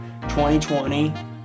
2020